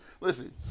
Listen